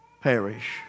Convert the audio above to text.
perish